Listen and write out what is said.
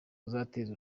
uzateza